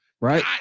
right